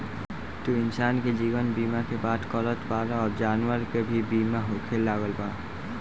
तू इंसान के जीवन बीमा के बात करत बाड़ऽ अब जानवर के भी बीमा होखे लागल बा